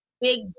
big